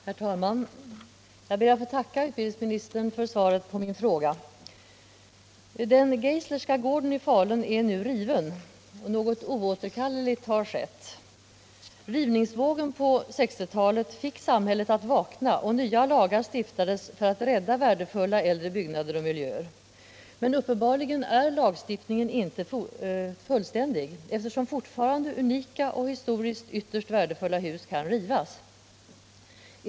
Herr talman! Jag ber att få tacka utbildningsministern för svaret på min fråga. Den Geislerska gården i Falun är nu riven. Något oåterkalleligt har skett. Rivningsvågen på 1960-talet fick samhället att vakna, och nya lagar stiftades för att rädda värdefulla äldre byggnader och miljöer. Men uppenbarligen är lagen inte fullständig, eftersom unika och historiskt ytterst värdefulla hus fortfarande kan rivas.